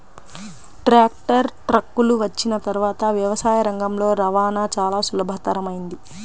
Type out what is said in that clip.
tractor, ట్రక్కులు వచ్చిన తర్వాత వ్యవసాయ రంగంలో రవాణా చాల సులభతరమైంది